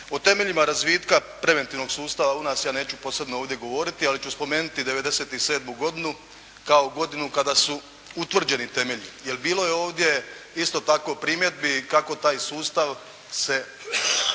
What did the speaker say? O temeljima razvitka preventivnog sustava u nas ja neću posebno ovdje govoriti, ali ću spomenuti '97. godinu kao godinu kada su utvrđeni temelji. Jer, bilo je ovdje isto tako primjedbi kako taj sustav se